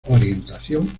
orientación